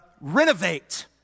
renovate